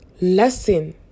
lesson